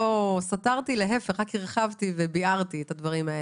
לא סתרתי רק הבהרתי את הדברים,